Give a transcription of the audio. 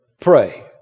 pray